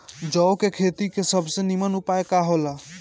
जौ के खेती के सबसे नीमन उपाय का हो ला?